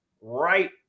right